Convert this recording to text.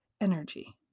energy